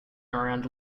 around